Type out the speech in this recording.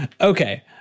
Okay